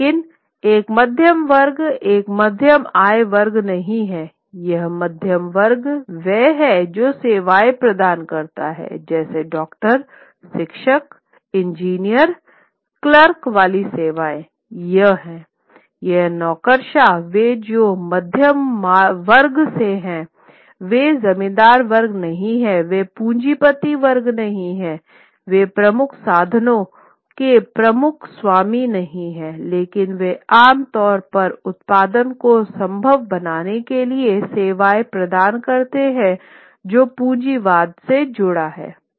लेकिन एक मध्यम वर्ग एक मध्यम आय वर्ग नहीं है एक मध्यम वर्ग वह है जो सेवाएं प्रदान करता है जैसे डॉक्टर शिक्षक इंजीनियर क्लर्क वाली सेवाएं ये हैं या नौकरशाह वे जो मध्य वर्ग से हैं वे जमींदारी वर्ग नहीं हैंवे पूँजीपति वर्ग नहीं हैं वे प्रमुख साधनों के प्रमुख स्वामी नहीं हैं लेकिन वे आम तौर पर उत्पादन को संभव बनाने के लिए सेवाएं प्रदान करते हैं जो पूंजीवाद से जुड़ा हैं